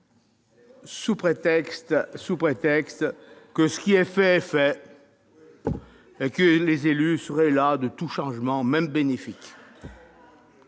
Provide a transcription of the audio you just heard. sous prétexte que ce qui est fait est fait et que les élus seraient las de tout changement, même bénéfique